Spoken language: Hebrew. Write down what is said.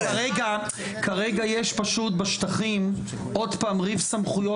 כרגע יש פשוט בשטחים עוד פעם ריב סמכויות